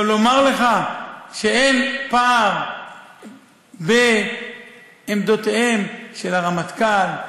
לומר לך שאין פער בין עמדותיהם של הרמטכ"ל,